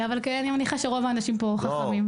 אני מניחה שרוב האנשים פה חכמים.